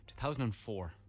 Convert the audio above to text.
2004